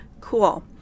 cool